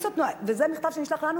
וזה מכתב שנשלח לנו,